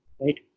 right